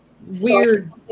weird